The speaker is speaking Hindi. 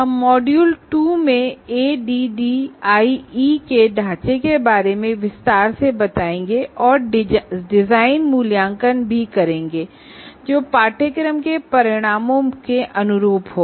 हम मॉड्यूल 2 में एडीडीआईई के ढांचे के बारे में विस्तार से बताएंगे और डिजाइन असेसमेंट भी करेंगे जो कोर्स आउटकम के अनुरूप हो